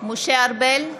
משה ארבל,